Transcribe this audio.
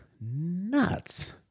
nuts